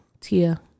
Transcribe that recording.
Tia